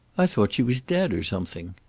i thought she was dead, or something.